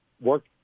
work